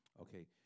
Okay